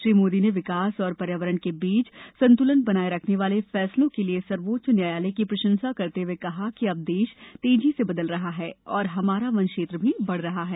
श्री मोदी ने विकास और पर्यावरण के बीच संतुलन बनाये रखने वाले फैसलों के लिए सर्वोच्च न्यायालय की प्रशंसा करते हुए कहा कि अब देश तेजी से बदल रहा है और इसका वनक्षेत्र भी बढ़ रहा है